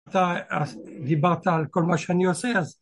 אתה דיברת על כל מה שאני עושה אז